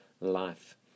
life